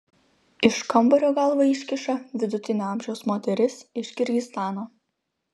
iš kambario galvą iškiša vidutinio amžiaus moteris iš kirgizstano